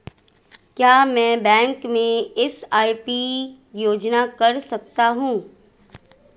क्या मैं बैंक में एस.आई.पी योजना कर सकता हूँ?